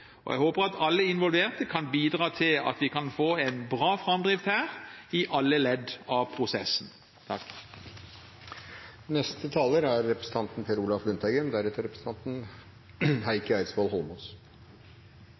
og jeg håper at alle involverte kan bidra til at vi kan få en bra framdrift her, i alle ledd av prosessen.